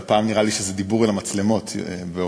אבל הפעם נראה לי שזה דיבור אל המצלמות ואליך.